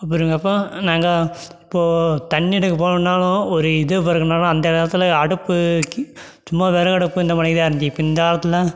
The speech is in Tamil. அப்படிங்கிறப்ப நாங்கள் இப்போது தண்ணி எடுக்க போகணுன்னாலும் ஒரு இது பொறுக்கணுன்னாலும் அந்த காலத்தில் அடுப்பு சும்மா விறகடுப்பு இந்த மாதிரி தான் இருந்துச்சு இப்போ இந்தக் காலத்தில்